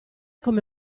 come